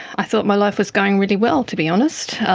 i thought my life was going really well, to be honest,